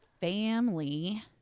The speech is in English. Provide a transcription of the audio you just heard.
family